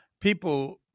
people